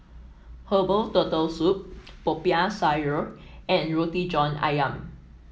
Herbal Turtle Soup Popiah Sayur and Roti John ayam